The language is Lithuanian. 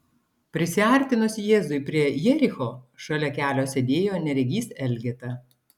prisiartinus jėzui prie jericho šalia kelio sėdėjo neregys elgeta